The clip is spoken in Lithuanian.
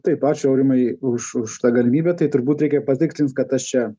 taip ačiū aurimai už už tą galimybę tai turbūt reikia patikslint kad aš čia